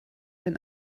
den